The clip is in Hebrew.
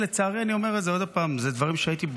לצערי, אני אומר את זה עוד פעם, אלה דברים שאם